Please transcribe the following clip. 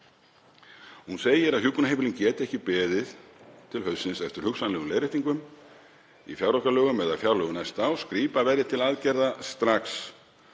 Hún segir að hjúkrunarheimilin geta ekki beðið til haustsins eftir hugsanlegum leiðréttingum í fjáraukalögum eða fjárlögum næsta árs. Grípa verði til aðgerða strax.